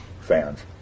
fans